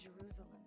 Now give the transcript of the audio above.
Jerusalem